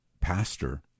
pastor